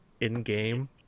in-game